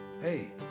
Hey